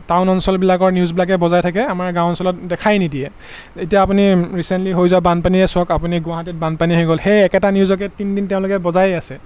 town অঞ্চলবিলাকৰ নিউজবিলাকে বজাই থাকে আমাৰ গাঁও অঞ্চলত দেখাই নিদিয়ে এতিয়া আপুনি ৰিচেণ্টলি হৈ যোৱা বানপানীয়ে চাওক আপুনি গুৱাহাটীত বানপানী আহি গ'ল সেই একেটা নিউজকে তিনদিন তেওঁলোকে বজায়েই আছে